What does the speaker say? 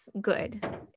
good